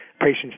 Patients